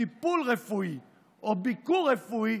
טיפול רפואי או ביקור רפואי,